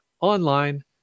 online